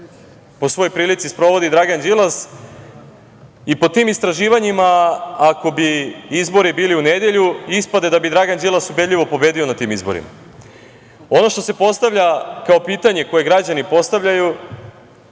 po svoj prilici sprovodi Dragan Đilas. Po tim istraživanjima, ako bi izbori bili u nedelju, ispade da bi Dragan Đilas ubedljivo pobedio na tim izborima. Ono što se postavlja kao pitanje koje građani postavljaju,